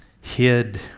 hid